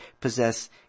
possess